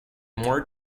more